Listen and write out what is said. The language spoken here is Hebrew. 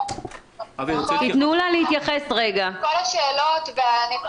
ביום ראשון ושני בבוקר בוועדות השונות.